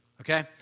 okay